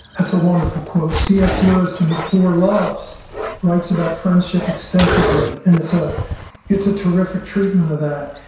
that's a wonderful quote. c s. lewis in the four loves writes about friendship extensively, and it's ah it's a terrific treatment of that.